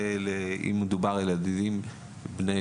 מתי מישהו הופך להיות מדריך צלילה בכיר?